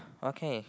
okay